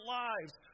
lives